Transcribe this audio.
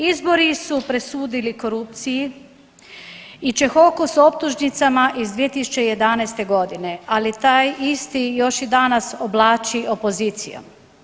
Izbori su presudili korupciji i Čehoku s optužnicama iz 2011.g., ali taj isti još i danas oblači opozicijom.